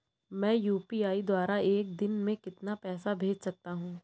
मैं यू.पी.आई द्वारा एक दिन में कितना पैसा भेज सकता हूँ?